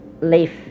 live